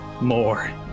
more